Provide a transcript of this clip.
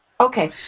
Okay